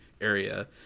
area